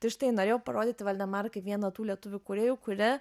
tai štai norėjau parodyti valdemarą kaip vieną tų lietuvių kūrėjų kuri